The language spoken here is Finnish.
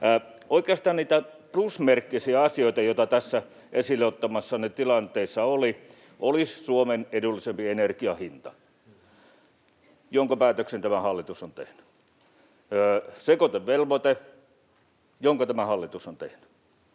Oikeastaan niitä plusmerkkisiä asioita, joita tässä esille ottamassanne tilanteessa oli, olivat Suomen edullisempi energiahinta, jonka päätöksen tämä hallitus on tehnyt, sekoitevelvoite, jonka tämä hallitus on tehnyt,